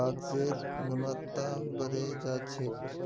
कागजेर गुणवत्ता बढ़े जा छेक